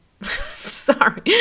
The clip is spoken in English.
Sorry